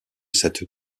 cette